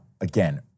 again